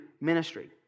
ministry